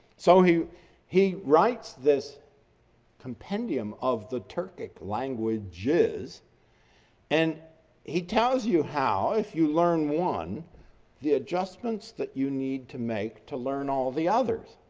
so he he writes this compendium of the turkic languages and he tells you how if you learn one the adjustments that you need to make to learn all the others.